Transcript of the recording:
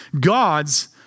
God's